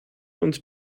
und